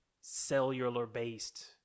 cellular-based